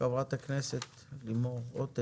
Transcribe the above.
חברת הכנסת לימור מגן תלם,